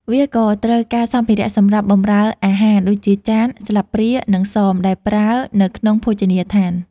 វាក៏ត្រូវការសម្ភារៈសម្រាប់បម្រើអាហារដូចជាចាន ស្លាបព្រា និងសមដែលប្រើនៅក្នុងភោជនីយដ្ឋាន។